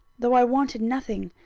though i wanted nothing,